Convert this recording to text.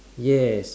yes